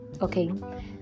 Okay